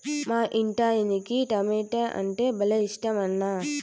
మా ఇంటాయనకి టమోటా అంటే భలే ఇట్టమన్నా